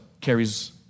carries